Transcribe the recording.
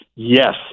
Yes